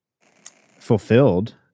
fulfilled